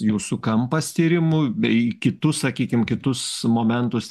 jūsų kampas tyrimų bei kitus sakykim kitus momentus